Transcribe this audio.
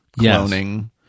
cloning